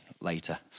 later